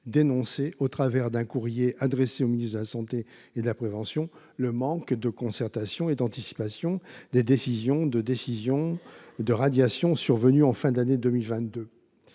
dénoncé, au travers d’un courrier adressé au ministre de la santé et de la prévention, le manque de concertation et d’anticipation des décisions de radiation survenues en fin d’année 2022,